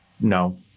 no